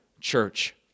church